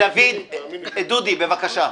דודי אמסלם, בבקשה.